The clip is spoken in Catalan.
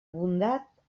bondat